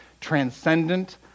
transcendent